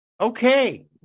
Okay